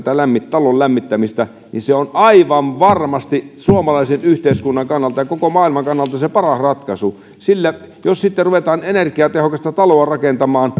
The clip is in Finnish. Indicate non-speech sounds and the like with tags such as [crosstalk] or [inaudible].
talon lämmittämisessä niin se on aivan varmasti suomalaisen yhteiskunnan kannalta ja koko maailman kannalta se paras ratkaisu sillä jos sitten ruvetaan energiatehokasta taloa rakentamaan [unintelligible]